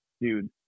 dude